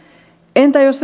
entä jos